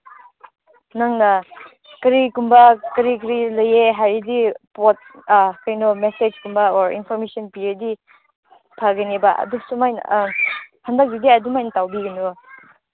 ꯅꯪꯅ ꯀꯔꯤꯒꯨꯝꯕ ꯀꯔꯤ ꯀꯔꯤ ꯂꯩꯌꯦ ꯍꯥꯏꯔꯗꯤ ꯄꯣꯠ ꯀꯩꯅꯣ ꯃꯤꯁꯦꯖꯀꯨꯝꯕ ꯑꯣꯔ ꯏꯟꯐꯣꯔꯃꯦꯁꯟ ꯄꯤꯔꯗꯤ ꯐꯒꯅꯦꯕ ꯑꯗꯨ ꯁꯨꯃꯥꯏꯅ ꯍꯟꯗꯛꯇꯒꯤꯗꯤ ꯑꯗꯨꯃꯥꯏꯅ ꯇꯧꯕꯤꯒꯅꯨ